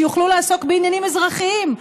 שיוכלו לעסוק בעניינים אזרחיים,